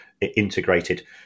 integrated